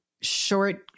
short